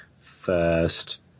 first